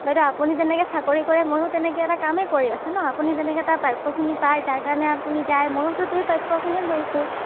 বাইদেউ আপুনি যেনেকৈ চাকৰি কৰে ময়ো তেনেকৈ এটা কামেই কৰি আছোঁ ন আপুনি যেনেকৈ তাৰ প্ৰাপ্যখিনি পায় যাৰ কাৰণে আপুনি যায় ময়োতো সেই প্ৰাপ্যখিনি গাইছোঁ